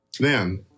man